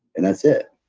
and that's it.